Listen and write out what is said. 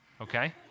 okay